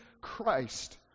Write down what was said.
Christ